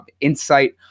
insight